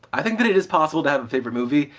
i think that it is possible to have a favorite movie,